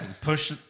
Push